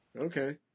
Okay